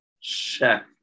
check